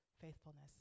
faithfulness